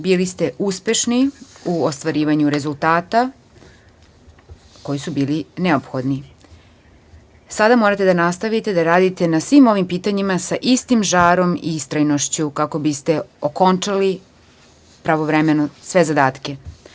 Bili ste uspešni u ostvarivanju rezultata koji su bili neophodni, sada morate da nastavite da radite na svim ovim pitanjima sa istim žarom i istrajnošću, kako biste okončali pravovremeno sve zadatke.